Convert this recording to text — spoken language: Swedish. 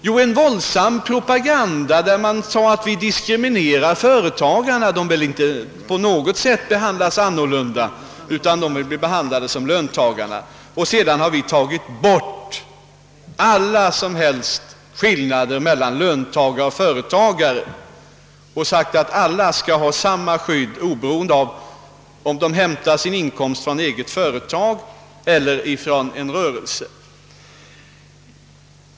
Jo, en våldsam propaganda, där man sade, att vi diskriminerade företagarna — de ville inte på något sätt behandlas annorlunda, utan de ville bli behandlade på samma sätt som löntagarna. Sedan har vi tagit bort alla skillnader mellan löntagare och företagare och sagt, att alla skall ha samma skydd oberoende av om de hämtar sin inkomst från eget företag eller från en annans rörelse.